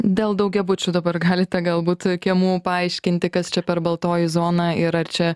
dėl daugiabučių dabar galite galbūt kiemų paaiškinti kas čia per baltoji zona ir ar čia